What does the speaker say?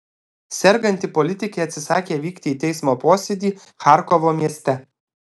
serganti politikė atsisakė vykti į teismo posėdį charkovo mieste